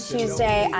Tuesday